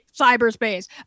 cyberspace